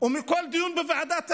ובכל דיון בוועדת החינוך,